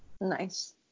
nice